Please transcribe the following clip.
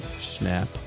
Snap